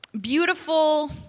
beautiful